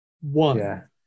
one